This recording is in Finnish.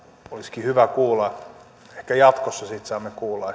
olisikin hyvä kuulla ja ehkä jatkossa siitä saamme kuulla